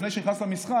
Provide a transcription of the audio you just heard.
לפני שהוא נכנס למשחק,